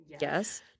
Yes